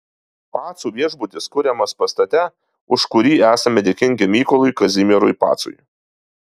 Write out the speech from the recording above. pacų viešbutis yra kuriamas pastate už kurį esame dėkingi mykolui kazimierui pacui